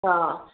ਹਾਂ